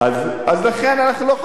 אז לכן אנחנו לא חוששים.